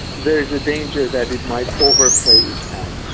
there is a danger that it might overplay its hand.